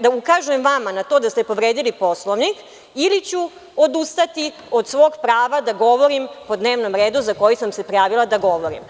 da ukažem vama na to da ste povredili Poslovnik ili ću odustati od svog prava da govorim po dnevnom redu za koji sam se prijavila da govorim.